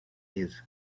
his